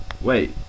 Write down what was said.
wait